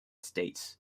states